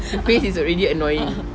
the face is already annoying